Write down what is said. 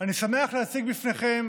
אני שמח להציג בפניכם